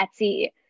Etsy